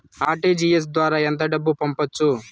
RTGS ద్వారా ఎంత డబ్బు పంపొచ్చు?